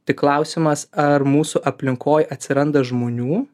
tai klausimas ar mūsų aplinkoj atsiranda žmonių